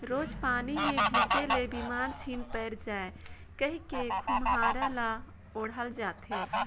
रोज पानी मे भीजे ले बेमार झिन पइर जाए कहिके खोम्हरा ल ओढ़ल जाथे